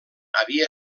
havia